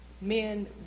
men